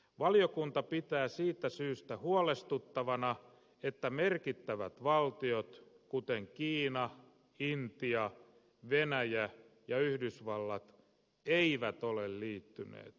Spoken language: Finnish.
valiokunta pitää siitä syystä huolestuttavana että merkittävät valtiot kuten kiina intia venäjä ja yhdysvallat eivät ole liittyneet tähän sopimukseen